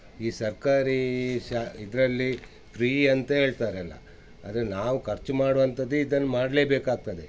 ಈ ಸರ್ಕಾರಿ ಶಾ ಇದರಲ್ಲಿ ಫ್ರೀ ಅಂತ ಹೇಳ್ತಾರೆಲ್ಲ ಆದರೆ ನಾವು ಖರ್ಚು ಮಾಡುವಂಥದ್ದು ಇದನ್ನ ಮಾಡಲೇಬೇಕಾಗ್ತದೆ